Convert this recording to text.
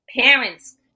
Parents